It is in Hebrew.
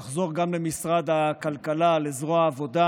היא תחזור גם למשרד הכלכלה, לזרוע העבודה,